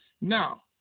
Now